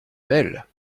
belle